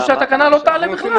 הם ביקשו כרגע שהתקנה לא תעלה בכלל.